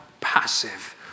passive